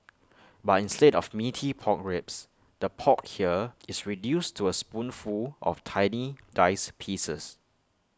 but instead of Meaty Pork Ribs the pork here is reduced to A spoonful of tiny diced pieces